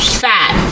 fat